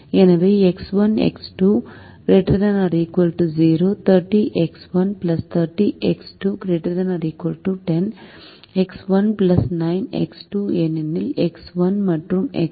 எனவே x 1 x 2 ≥ 0 30 x 1 30 x 2 ≥ 10 x 1 9 x 2 ஏனெனில் x 1 மற்றும் எக்ஸ் 2 ≥0